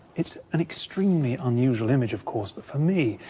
it's an extremely unusual image, of course, but, for me,